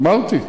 אמרתי.